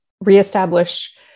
reestablish